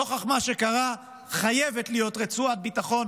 נוכח מה שקרה חייבת להיות רצועת ביטחון